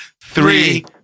three